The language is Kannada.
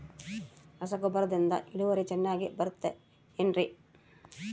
ರಸಗೊಬ್ಬರದಿಂದ ಇಳುವರಿ ಚೆನ್ನಾಗಿ ಬರುತ್ತೆ ಏನ್ರಿ?